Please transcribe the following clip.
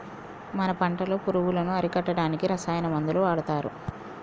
మన పంటలో పురుగులను అరికట్టడానికి రసాయన మందులు వాడతారు